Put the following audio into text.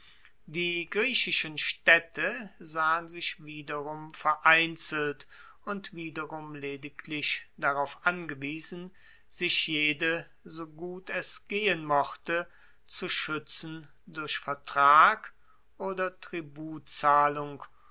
die griechischen staedte sahen sich wiederum vereinzelt und wiederum lediglich darauf angewiesen sich jede so gut es gehen mochte zu schuetzen durch vertrag oder tributzahlung